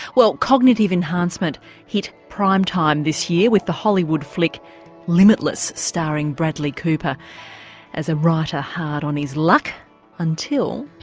well cognitive enhancement hit prime time this year with the hollywood flick limitless starring bradley cooper as a writer hard on his luck until.